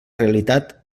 realitat